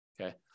Okay